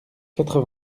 quatre